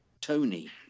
Tony